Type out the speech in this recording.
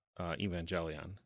Evangelion